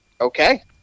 Okay